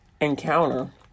encounter